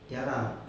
ya lah